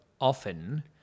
often